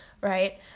right